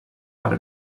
per